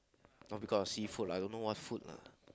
not because of seafood lah I don't know what food lah